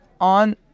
on